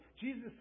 Jesus